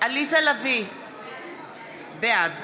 עליזה לביא, בעד